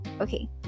okay